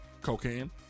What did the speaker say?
cocaine